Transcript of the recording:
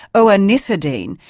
o-anisidine,